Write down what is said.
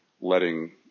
letting